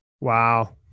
Wow